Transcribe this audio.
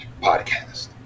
podcast